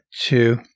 two